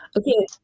Okay